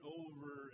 over